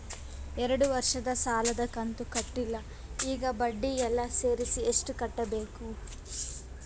ಎರಡು ವರ್ಷದ ಸಾಲದ ಕಂತು ಕಟ್ಟಿಲ ಈಗ ಬಡ್ಡಿ ಎಲ್ಲಾ ಸೇರಿಸಿ ಎಷ್ಟ ಕಟ್ಟಬೇಕು?